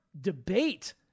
debate